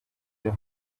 your